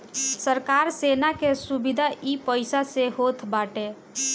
सरकार सेना के सुविधा इ पईसा से होत बाटे